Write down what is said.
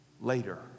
later